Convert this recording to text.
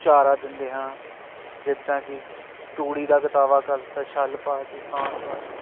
ਚਾਰਾ ਦਿੰਦੇ ਹਾਂ ਜਿੱਦਾਂ ਕਿ ਤੂੜੀ ਦਾ ਗਤਾਵਾ ਕਰ ਦਿੱਤਾ ਛੱਲ ਪਾ ਤੇ ਖਾਣ ਪਾ ਤੀ